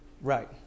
Right